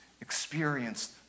experienced